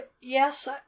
yes